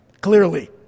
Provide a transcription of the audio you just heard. clearly